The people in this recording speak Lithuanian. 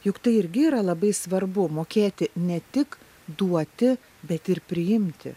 juk tai irgi yra labai svarbu mokėti ne tik duoti bet ir priimti